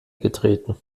getreten